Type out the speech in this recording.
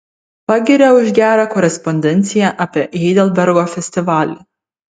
pagiria už gerą korespondenciją apie heidelbergo festivalį